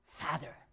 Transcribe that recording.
Father